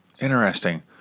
Interesting